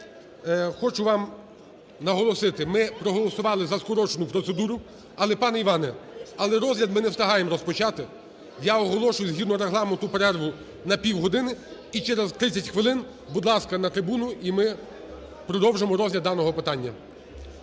Хочу вам наголосити: ми проголосували за скорочену процедуру. Але, пане Іване, розгляд ми не встигаємо розпочати. Я оголошую згідно Регламенту перерву на півгодини. І через 30 хвилин, будь ласка, на трибуну – і ми продовжимо розгляд даного питання.